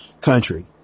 country